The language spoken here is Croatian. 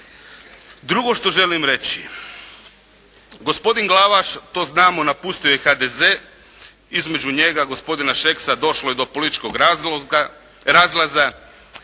Drugo što želim reći gospodin Glavaš to znamo napustio je HDZ. Između njega i gospodina Šeksa došlo je do političkog razloga, razlaza.